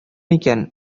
икән